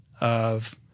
of-